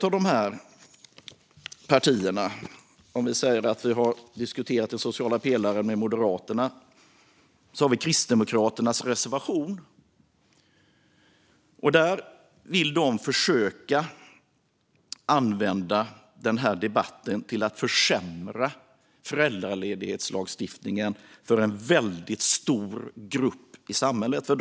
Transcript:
Vi har diskuterat den sociala pelaren och Moderaterna. Sedan har vi Kristdemokraternas reservation. Där vill de försöka använda den här debatten till att försämra föräldraledighetslagstiftningen för en väldigt stor grupp i samhället.